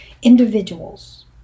individuals